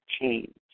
change